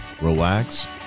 Relax